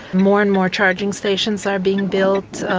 more and more charging stations are being built,